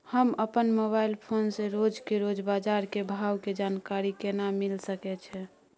हम अपन mobile phone से रोज के रोज बाजार के भाव के जानकारी केना मिल सके छै?